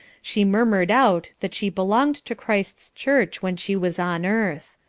she murmured out that she belonged to christ's church when she was on earth.